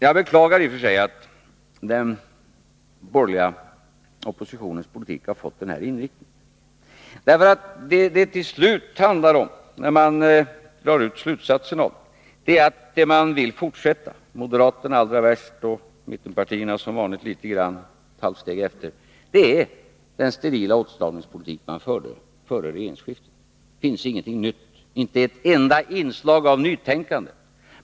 Jag beklagar i och för sig att den borgerliga oppositionens politik har fått den här inriktningen. Slutsatsen blir att de vill fortsätta på samma sätt — moderaterna är allra värst och mittenpartierna är som vanligt ett halvt steg efter. Det är fråga om samma sterila åtstramningspolitik man förde före regeringsskiftet. Det finns ingenting nytt, inte ett enda inslag av nytänkande.